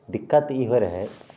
दिक्कत ई होइ रहै